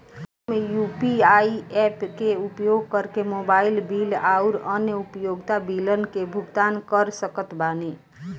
हम UPI apps के उपयोग करके मोबाइल बिल आउर अन्य उपयोगिता बिलन के भुगतान कर सकत बानी